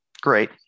great